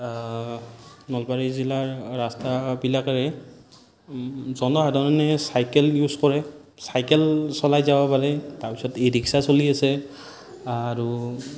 নলবাৰী জিলাৰ ৰাস্তাবিলাকেৰে জনসাধাৰণে চাইকেল ইউজ কৰে চাইকেল চলাই যাব পাৰে তাৰপিছত ই ৰিক্সা চলি আছে আৰু